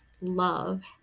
love